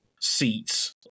seats